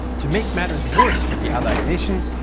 to make matters worse for the allied nations,